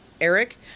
Eric